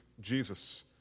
Jesus